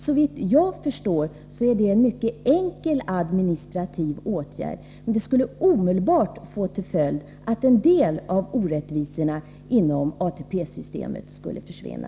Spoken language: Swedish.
Såvitt jag förstår är det en mycket enkel administrativ åtgärd. Den skulle få till omedelbar följd att en del av orättvisorna inom ATP-systemet skulle försvinna.